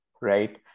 right